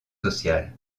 sociales